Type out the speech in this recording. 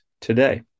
today